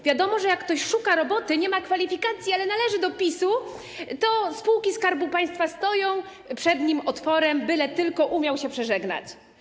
Wiadomo, że jak ktoś szuka roboty, nie ma kwalifikacji, ale należy do PiS-u, to spółki Skarbu Państwa stoją przed nim otworem, byle tylko umiał się przeżegnać.